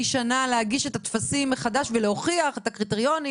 שנה להגיש את הטפסים מחדש ולהוכיח את הקריטריונים,